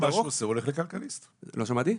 היום מה שהוא עושה זה ללכת לכלכליסט בעילום שם.